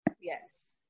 Yes